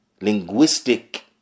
linguistic